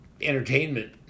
entertainment